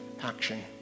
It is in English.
action